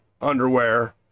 underwear